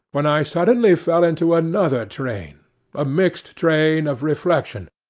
when i suddenly fell into another train a mixed train of reflection,